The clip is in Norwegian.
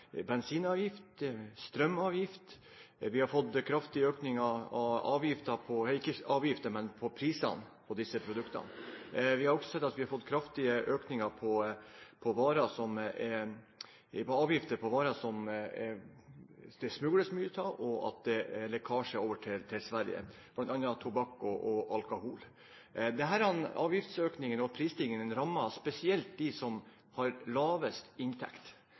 bensinavgift og strømavgift, og vi har fått kraftig økning av prisene på disse produktene. Vi har også sett at vi har fått kraftige økninger i avgifter på varer som det smugles mye av, og at det er lekkasje over til Sverige, bl.a. tobakk og alkohol. Denne avgiftsøkningen og prisstigningen rammer spesielt dem som har lavest inntekt.